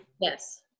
Yes